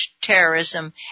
terrorism